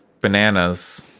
bananas